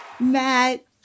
Matt